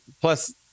plus